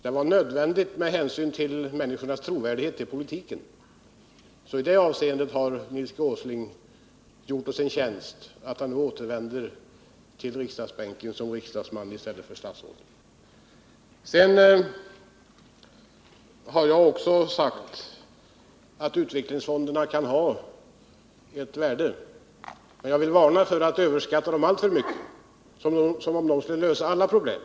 Det var nödvändigt med hänsyn till människornas tilltro till politiken. I det avseendet har Nils G. Åsling gjort oss en tjänst genom att nu återvända till den bänk han har som riksdagsman i stället för att sitta på statsrådsbänken. Jag har vidare sagt att utvecklingsfonderna kan ha ett värde. Men jag vill varna för att överskatta dem alltför mycket och tro att de skulle kunna lösa alla problem.